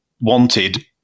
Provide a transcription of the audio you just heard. wanted